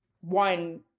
one